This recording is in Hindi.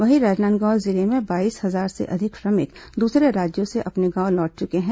वहीं राजनांदगांव जिले में बाईस हजार से अधिक श्रमिक दूसरे राज्यों से अपने गांव लौट चुके हैं